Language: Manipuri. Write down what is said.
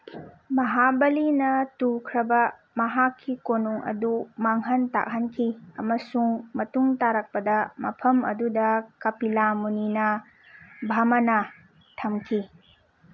ꯃꯍꯥꯕꯂꯤꯅ ꯇꯨꯈ꯭ꯔꯕ ꯃꯍꯥꯛꯀꯤ ꯀꯣꯅꯨꯡ ꯑꯗꯨ ꯃꯥꯡꯍꯟ ꯇꯥꯛꯍꯟꯈꯤ ꯑꯃꯁꯨꯡ ꯃꯇꯨꯡ ꯇꯥꯔꯛꯄꯗ ꯃꯐꯝ ꯑꯗꯨꯗ ꯀꯞꯂꯥꯃꯨꯅꯤꯅ ꯚꯃꯅꯥ ꯊꯝꯈꯤ